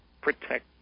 protect